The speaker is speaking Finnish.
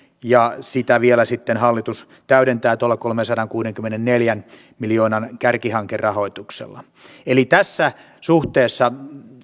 ja sitä vielä hallitus täydentää tuolla kolmensadankuudenkymmenenneljän miljoonan kärkihankerahoituksella eli tässä suhteessa